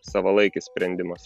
savalaikis sprendimas